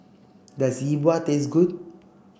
does Yi Bua taste good